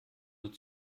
nur